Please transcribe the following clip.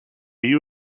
you